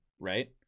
right